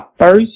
first